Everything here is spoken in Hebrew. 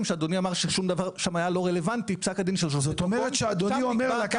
כל זה כלפי מעלה.